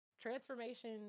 Transformation